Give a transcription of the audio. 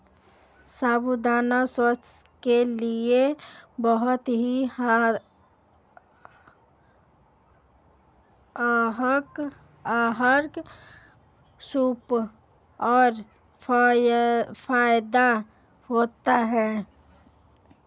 साबूदाना स्वास्थ्य के लिए बहुत ही हल्का सुपाच्य और फायदेमंद होता है